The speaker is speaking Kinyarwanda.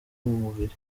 mubiri